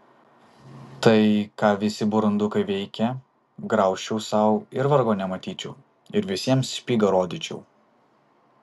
tai ką visi burundukai veikia graužčiau sau ir vargo nematyčiau ir visiems špygą rodyčiau